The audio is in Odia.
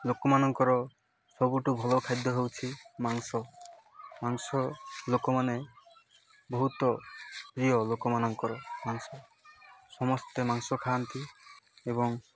ଲୋକମାନଙ୍କର ସବୁଠୁ ଭଲ ଖାଦ୍ୟ ହେଉଛି ମାଂସ ମାଂସ ଲୋକମାନେ ବହୁତ ପ୍ରିୟ ଲୋକମାନଙ୍କର ମାଂସ ସମସ୍ତେ ମାଂସ ଖାଆନ୍ତି ଏବଂ